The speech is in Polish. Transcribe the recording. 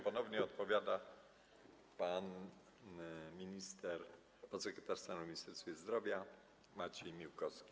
Ponownie odpowiada pan minister, podsekretarz stanu w Ministerstwie Zdrowia Maciej Miłkowski.